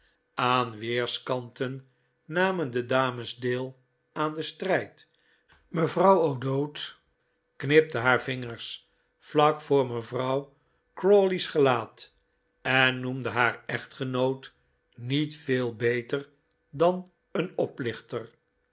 aan weerskanten namen de dames deel aan den strijd mevrouw o'dowd knipte haar vingers vlak voor mevrouw crawley's gelaat en noemde haar echtgenoot niet veel beter dan een oplichter